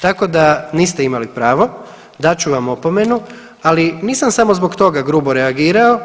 Tako da niste imali pravo, dat ću vam opomenu, ali nisam samo zbog toga grubo reagirao.